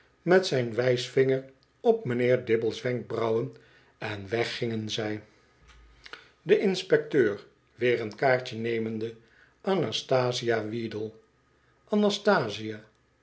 met zijn wijsvinger op m'nheer dibble's wenkbrauwen en weggingen zij een reiziger die geen handel drijft de inspecteur weer een kaartje nemende anastasia weedle anastasia